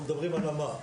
אנחנו מדברים על המה.